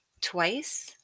Twice